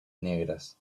negras